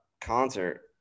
concert